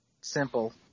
simple